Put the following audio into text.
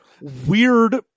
weird